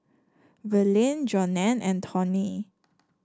Verlie Jonell and Tawny